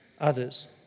others